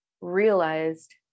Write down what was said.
realized